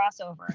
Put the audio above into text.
crossover